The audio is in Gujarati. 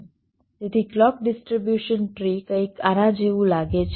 તેથી ક્લૉક ડિસ્ટ્રીબ્યુશન ટ્રી કંઈક આના જેવું લાગે છે